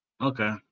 Okay